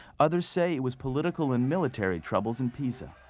others say it was political and military troubles in pisa.